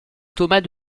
thomas